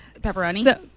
Pepperoni